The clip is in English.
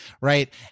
Right